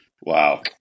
Wow